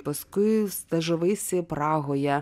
paskui stažavaisi prahoje